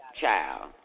child